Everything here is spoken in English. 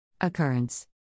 Occurrence